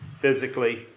physically